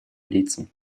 лицам